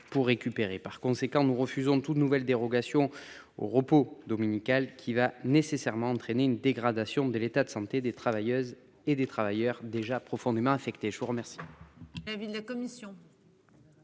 Par conséquent, nous refusons toute nouvelle dérogation au repos dominical, laquelle entraînerait nécessairement une dégradation de l'état de santé des travailleuses et des travailleurs, déjà profondément affectés. Quel